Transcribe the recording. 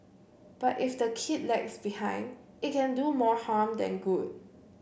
but if the kid lags behind it can do more harm than good